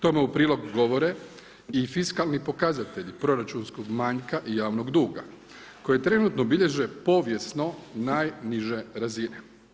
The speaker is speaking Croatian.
Tome u prilog govore i fiskalni pokazatelji proračunskog manjka i javnog duga, koje trenutno bilježe povijesno najniže razine.